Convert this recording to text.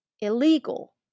illegal